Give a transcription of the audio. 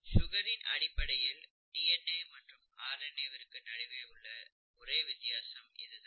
சுகரின் அடிப்படையில் டிஎன்ஏ மற்றும் ஆர்என்ஏ விற்கு நடுவேயுள்ள ஒரே வித்தியாசம் இதுதான்